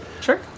Sure